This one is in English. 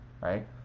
right